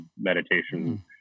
meditation